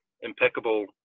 impeccable